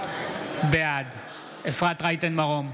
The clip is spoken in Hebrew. בעד אפרת רייטן מרום,